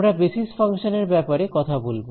আমরা basis function এর ব্যাপারে কথা বলব